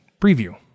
preview